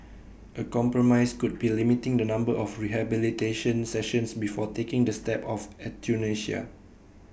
A compromise could be limiting the number of rehabilitation sessions before taking the step of euthanasia